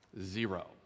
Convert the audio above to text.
Zero